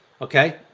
Okay